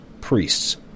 priests